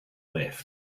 left